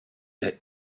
est